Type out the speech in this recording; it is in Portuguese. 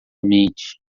mente